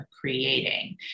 creating